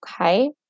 Okay